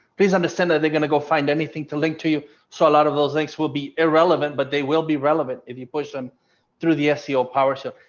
please understand that they're going to go find anything to link to you. so a lot of those links will be irrelevant, but they will be relevant if you push them through the seo power. so